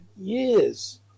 years